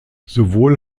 sowohl